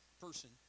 person